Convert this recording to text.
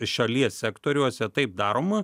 šalies sektoriuose taip daroma